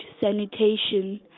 sanitation